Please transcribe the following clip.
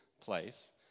place